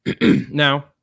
Now